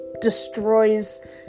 destroys